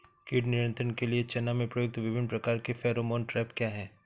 कीट नियंत्रण के लिए चना में प्रयुक्त विभिन्न प्रकार के फेरोमोन ट्रैप क्या है?